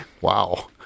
wow